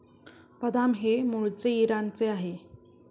बदाम हे मूळचे इराणचे आहे